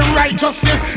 righteousness